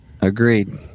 agreed